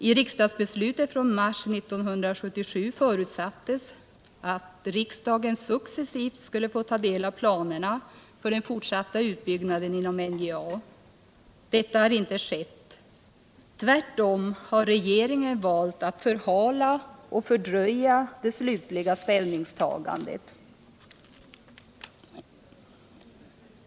I riksdagsbeslutet från mars 1977 förutsattes att riksdagen successivt skulle få ta del av planerna för den fortsatta utbyggnaden inom NJA. Detta har inte skett. Tvärtom har regeringen valt att förhala och fördröja det slutliga ställningstagandet.